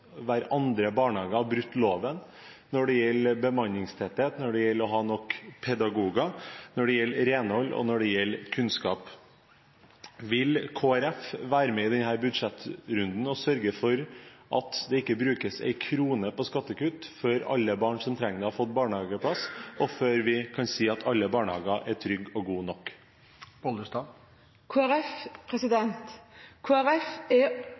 hver andre barnehage har brutt loven når det gjelder bemanningstetthet, når det gjelder å ha nok pedagoger, når det gjelder renhold, og når det gjelder kunnskap. Vil Kristelig Folkeparti i denne budsjettrunden være med og sørge for at det ikke brukes en krone på skattekutt før alle barn som trenger det, har fått barnehageplass, og før vi kan si at alle barnehager er trygge og gode nok? Kristelig Folkeparti er